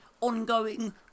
ongoing